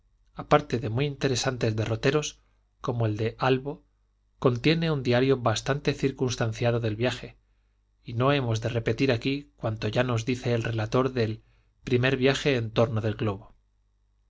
aparte de muy interesantes derroteros como el de albo contiene un diario bastante circunstanciado del viaje y no hemos de repetir aquí cuanto ya nos dice el relator del primer viaje en torno del globo